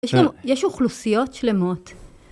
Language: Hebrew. יש גם, יש אוכלוסיות שלמות.